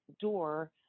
door